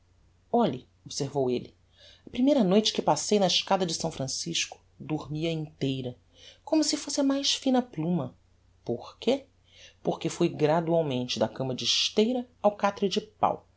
olhe observou elle a primeira noite que passei na escada de s francisco dormi a inteira como se fosse a mais fina pluma porque porque fui gradualmente da cama de esteira ao catre de pau